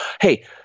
Hey